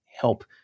help